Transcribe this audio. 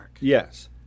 Yes